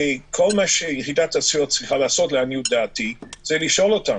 כל מה שיחידת הסיוע צריכה לעשות לעניות דעתי זה לשאול אותם,